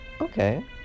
Okay